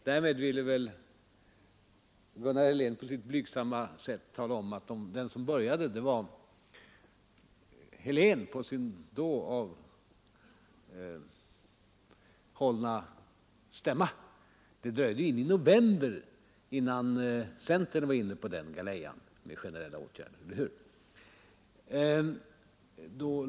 Därmed ville väl Gunnar Helén på sitt blygsamma sätt tala om att den som började var herr Helén på sin då avhållna stämma. Det dröjde in i november innan centern var inne på den galejan med förslag om generella åtgärder, eller hur?